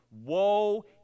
Woe